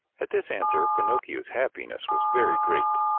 at this answer, pinocchio's happiness was very great.